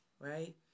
right